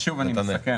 אז שוב אני מסכם,